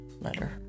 letter